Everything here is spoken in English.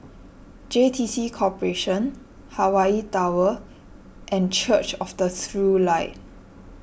J T C Corporation Hawaii Tower and Church of the True Light